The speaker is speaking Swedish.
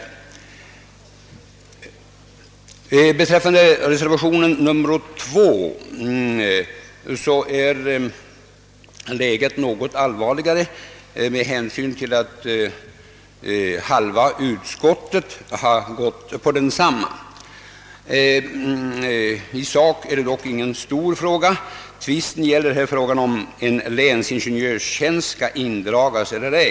Beträffande reservationen 2 till jordbruksutskottets utlåtande är läget något allvarligare, eftersom hälften av utskottets ledamöter har anslutit sig till den. I sak är det dock ingen stor fråga. Tvisten gäller huruvida en länsingenjörstjänst skall indragas eller inte.